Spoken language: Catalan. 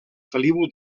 feliu